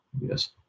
yes